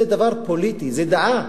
זה דבר פוליטי, זה דעה.